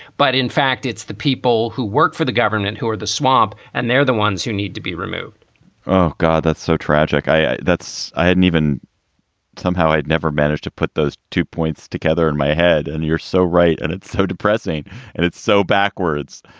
but in fact, it's the people who work for the government who are the swamp, and they're the ones who need to be removed oh, god, that's so tragic. i that's i hadn't even somehow i had never managed to put those two points together in my head. and you're so right. and it's so depressing and it's so backwards.